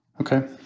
okay